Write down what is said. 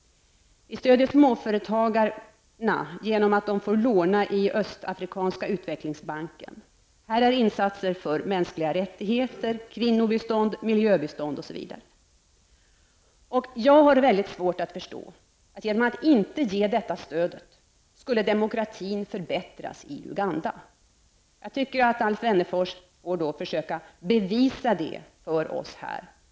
Vi stöder småföretagarna genom att de får låna i Östafrikanska utvecklingsbanken. Det görs insatser för mänskliga rättigheter, för kvinnobistånd, miljöbistånd osv. Jag har väldigt svårt att förstå att demokratin i Uganda skulle förbättras om vi inte gav detta stöd. Jag tycker att Alf Wennerfors måste försöka bevisa det för oss.